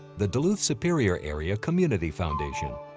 the duluth superior area community foundation,